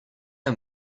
are